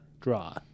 draw